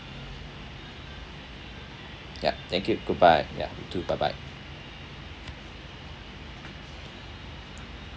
yup thank you goodbye ya you too bye bye